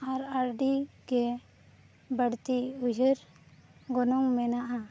ᱟᱨ ᱟᱹᱰᱤ ᱜᱮ ᱵᱟᱹᱲᱛᱤ ᱩᱭᱦᱟᱹᱨ ᱜᱚᱱᱚᱝ ᱢᱮᱱᱟᱜᱼᱟ